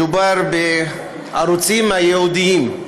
מדובר בערוצים הייעודיים,